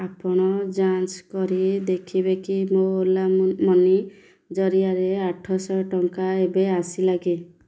ଆପଣ ଯାଞ୍ଚ କରି ଦେଖିବେ କି ମୋ ଓଲା ମନି ଜରିଆରେ ଆଠଶହ ଟଙ୍କା ଏବେ ଆସିଲାକି